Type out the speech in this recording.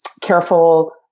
careful